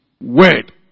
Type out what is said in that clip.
word